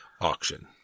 auction